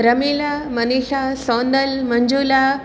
Ramila Manisha Sonal Manjula